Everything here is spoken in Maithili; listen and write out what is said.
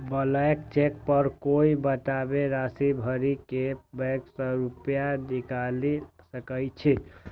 ब्लैंक चेक पर कोइ कतबो राशि भरि के बैंक सं रुपैया निकालि सकै छै